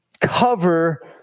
cover